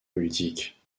politiques